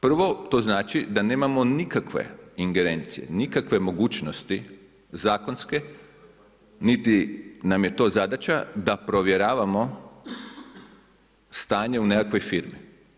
Prvo, to znači da nemamo nikakve ingerencije, nikakve mogućnosti zakonske niti nam je to zadaća, da provjeravamo stanje u nekakvoj firmi.